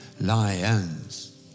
lions